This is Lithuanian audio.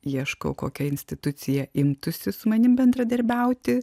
ieškau kokia institucija imtųsi su manim bendradarbiauti